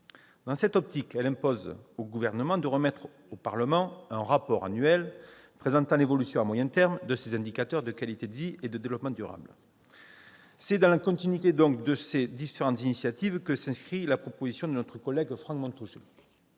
Dans cette optique, elle impose au Gouvernement de remettre au Parlement un rapport annuel présentant l'évolution, à moyen terme, de ces indicateurs de qualité de vie et de développement durable. C'est dans la continuité de ces différentes initiatives que s'inscrit la proposition de loi de notre collègue Franck Montaugé.